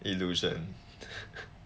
illusion